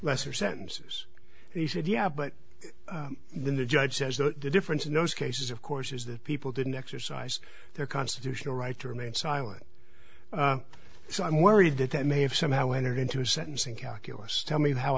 lesser sentences he said yeah but when the judge says the difference in those cases of course is that people didn't exercise their constitutional right to remain silent so i'm worried that that may have somehow entered into a sentencing calculus tell me how